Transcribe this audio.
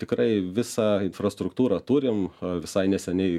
tikrai visą infrastruktūrą turim visai neseniai